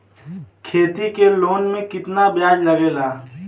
खेती के लोन में कितना ब्याज लगेला?